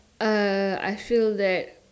uh I feel that